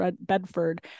Bedford